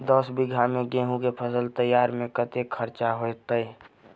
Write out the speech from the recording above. दस बीघा मे गेंहूँ केँ फसल तैयार मे कतेक खर्चा हेतइ?